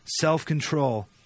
self-control